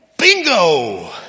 bingo